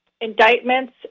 indictments